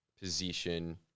position